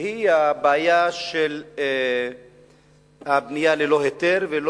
והיא הבעיה של הבנייה ללא היתר.